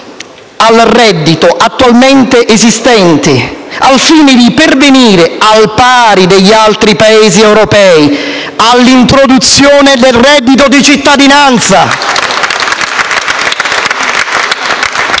al reddito attualmente esistenti, al fine di pervenire, al pari degli altri Paesi europei, all'introduzione del reddito di cittadinanza